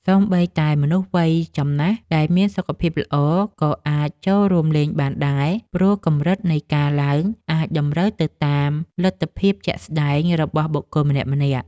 សូម្បីតែមនុស្សវ័យចំណាស់ដែលមានសុខភាពល្អ ក៏អាចចូលរួមលេងបានដែរ ព្រោះកម្រិតនៃការឡើងអាចតម្រូវទៅតាមលទ្ធភាពជាក់ស្តែងរបស់បុគ្គលម្នាក់ៗ។